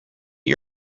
you